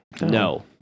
no